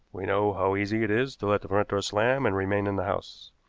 we know how easy it is to let the front door slam and remain in the house.